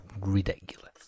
ridiculous